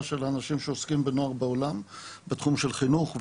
של אנשים שעוסקים בנוער בעולם בתחום של חינוך,